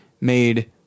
made